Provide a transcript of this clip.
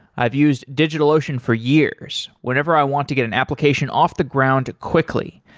i've used digitalocean for years, whenever i want to get an application off the ground quickly.